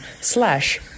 slash